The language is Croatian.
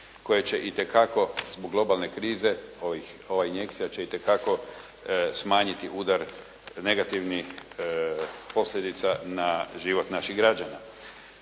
koje će itekako zbog globalne krize, ova injekcija će itekako smanjiti udar negativnih posljedica na život naših građana.